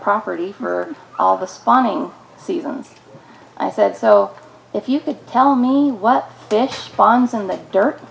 property for all the spawning season i said so if you could tell me what th